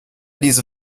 diese